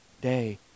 day